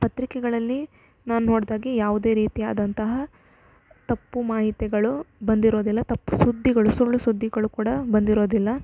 ಪತ್ರಿಕೆಗಳಲ್ಲಿ ನಾನು ನೋಡಿದಾಗೆ ಯಾವುದೇ ರೀತಿಯಾದಂತಹ ತಪ್ಪು ಮಾಹಿತಿಗಳು ಬಂದಿರೋದಿಲ್ಲ ತಪ್ಪು ಸುದ್ದಿಗಳು ಸುಳ್ಳು ಸುದ್ದಿಗಳು ಕೂಡ ಬಂದಿರೋದಿಲ್ಲ